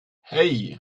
hey